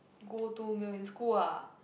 go to meal in school ah